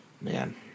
Man